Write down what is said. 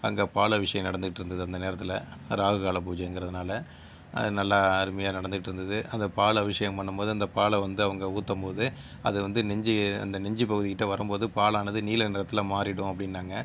அங்கே பாலபிஷேகம் நடந்துட்டுருந்தது அந்த நேரத்தில் ராகு கால பூஜைங்கிறதுனால அது நல்லா அருமையாக நடந்துட்டு இருந்தது அந்த பால் அபிஷேகம் பண்ணும் போது அந்தப் பால் வந்து அவங்க ஊற்றும் போது அது வந்து நெஞ்சு அந்த நெஞ்சுப் பகுதி கிட்டே வரும் போது பாலானது நீல நிறத்தில் மாறிவிடும் அப்படினாங்க